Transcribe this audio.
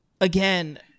again